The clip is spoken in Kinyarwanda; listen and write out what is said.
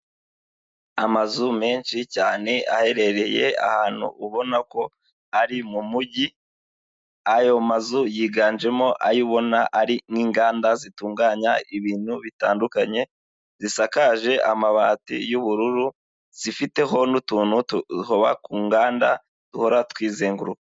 Amazu menshi cyane aherereye ahantu ubona ko ari mu mujyi, ayo mazu yiganjemo ayo ubona ari nk'inganda zitunganya ibintu bitandukanye, zisakaje amabati y'ubururu, zifiteho n'utuntu tuba ku nganda duhora twizenguruka.